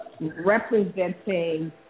representing